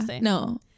No